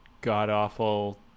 god-awful